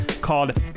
called